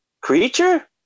creature